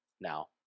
now